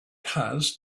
has